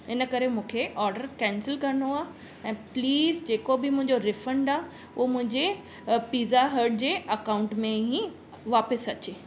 इन करे मूंखे ऑर्डर कैंसिल करणो आहे ऐं प्लीज़ जेको बि मुंहिंजो रीफंड आहे उहो मुंहिंजे पिज़्ज़ा हट जे अकाउंट में ई वापसि अचे